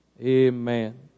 amen